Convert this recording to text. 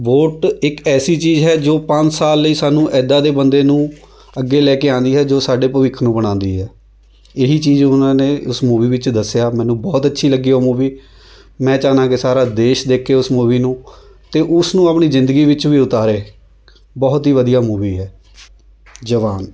vote ਇੱਕ ਐਸੀ ਚੀਜ਼ ਹੈ ਜੋ ਪੰਜ ਸਾਲ ਲਈ ਸਾਨੂੰ ਇੱਦਾਂ ਦੇ ਬੰਦੇ ਨੂੰ ਅੱਗੇ ਲੈ ਕੇ ਆਉਂਦੀ ਹੈ ਜੋ ਸਾਡੇ ਭਵਿੱਖ ਨੂੰ ਬਣਾਉਂਦੀ ਹੈ ਇਹੀ ਚੀਜ਼ ਉਹਨਾਂ ਨੇ ਉਸ ਮੂਵੀ ਵਿੱਚ ਦੱਸਿਆ ਮੈਨੂੰ ਬਹੁਤ ਅੱਛੀ ਲੱਗੀ ਉਹ ਮੂਵੀ ਮੈਂ ਚਾਹੁੰਦਾ ਕਿ ਸਾਰਾ ਦੇਸ਼ ਦੇਖੇ ਉਸ ਮੂਵੀ ਨੂੰ ਅਤੇ ਉਸ ਨੂੰ ਆਪਣੀ ਜ਼ਿੰਦਗੀ ਵਿੱਚ ਵੀ ਉਤਾਰੇ ਬਹੁਤ ਹੀ ਵਧੀਆ ਮੂਵੀ ਹੈ ਜਵਾਨ